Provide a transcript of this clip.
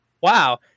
wow